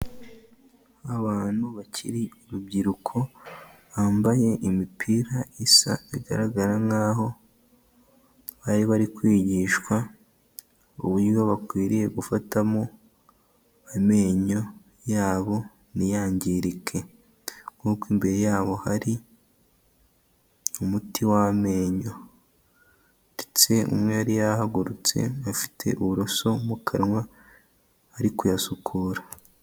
Abantu bakiri urubyiruko bambaye imipira isa bigaragara nk'aho bari bari kwigishwa uburyo bakwiriye gufatamo amenyo yabo ntiyangirike nk'uko imbere yabo hari umuti w'amenyo ndetse umwe yari yahagurutse afite uburoso mu kanwa ari kuyasukura.